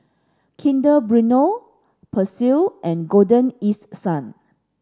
Kinder Bueno Persil and Golden East Sun